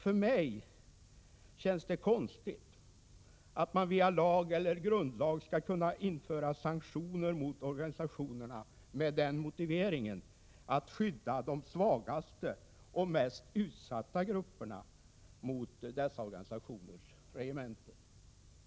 För mig känns det konstigt att man via lag eller grundlag skall kunna införa sanktioner mot organisationerna med motiveringen att man vill skydda de svagaste och mest utsatta grupperna mot dessa organisationers regemente.